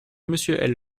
monsieur